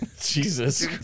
Jesus